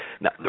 Now